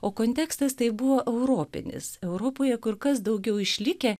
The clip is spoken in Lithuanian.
o kontekstas tai buvo europinis europoje kur kas daugiau išlikę